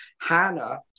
hannah